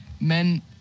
men